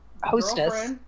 hostess